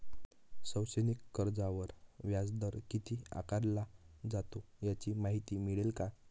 शैक्षणिक कर्जावर व्याजदर किती आकारला जातो? याची माहिती मिळेल का?